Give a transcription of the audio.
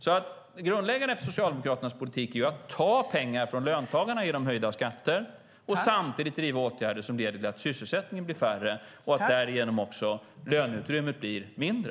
Det grundläggande för Socialdemokraternas politik är att ta pengar från löntagarna genom höjda skatter och samtidigt driva åtgärder som leder till att sysselsättningen blir lägre och att därigenom också löneutrymmet blir mindre.